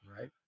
right